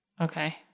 Okay